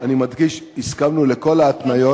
אני מדגיש, הסכמנו לכל ההתניות.